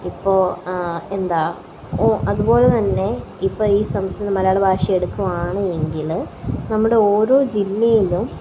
ഇപ്പോള് എന്താണ് അതുപോലെ തന്നെ ഇപ്പോള് ഈ മലയാള ഭാഷ എടുക്കുവാണ് എങ്കില് നമ്മടെ ഓരോ ജില്ലയിലും